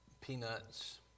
Peanuts